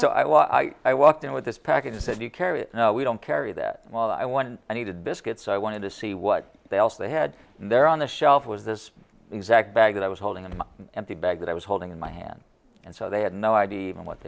well i i walked in with this package and said you carry it we don't carry that well i when i needed biscuits i wanted to see what they also had there on the shelf was this exact bag that i was holding an empty bag that i was holding in my hand and so they had no idea even with